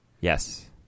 Yes